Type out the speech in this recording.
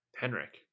Henrik